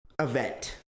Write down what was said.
event